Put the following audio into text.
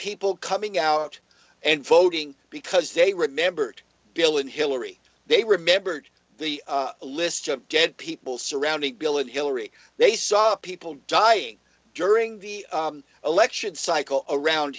people coming out and voting because they remembered bill and hillary they remembered the list of dead people surrounding bill and hillary they saw people dying during the election cycle around